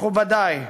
מכובדי,